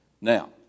Now